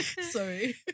Sorry